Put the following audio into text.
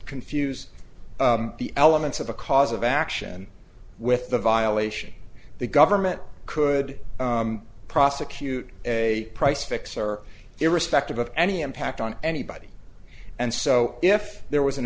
confuse the elements of the cause of action with the violation the government could prosecute a price fixer irrespective of any impact on anybody and so if there was an